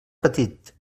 petit